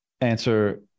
answer